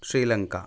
Sri Lanka